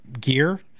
gear